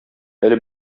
әле